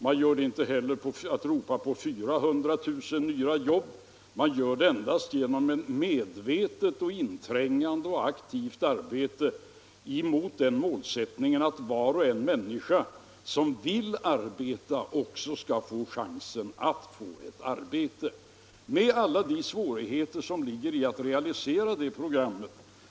Man gör det inte heller genom att ropa på 400 000 nya jobb. Man gör det endast genom ett medvetet, inträngande och aktivt arbete med målsättningen att varje människa som vill arbeta också skall ha chansen att få ett arbete — med alla de svårigheter som finns att realisera det programmet.